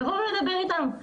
לבוא ולדבר איתם,